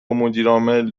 مدیرعامل